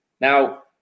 Now